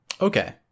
Okay